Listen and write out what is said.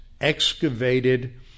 excavated